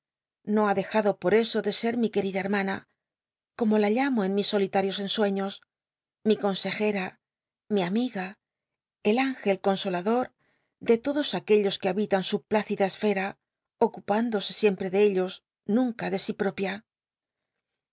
no ha dejado p oi eso de ser mi querida hermafla como la llamo en mis solitarios ensueños mi consejem mi amiga el inget consotadonle todos aquellos que habitan su plácida esfera ocupándose siempre de ellos nunca de si propia